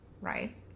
right